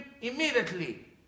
immediately